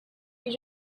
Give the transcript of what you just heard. you